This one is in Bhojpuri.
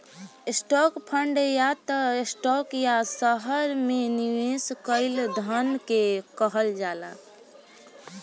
स्टॉक फंड या त स्टॉक या शहर में निवेश कईल धन के कहल जाला